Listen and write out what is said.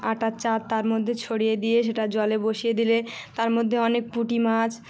আটার চার তার মধ্যে ছড়িয়ে দিয়ে সেটা জলে বসিয়ে দিলে তার মধ্যে অনেক পুঁটি মাছ